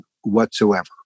whatsoever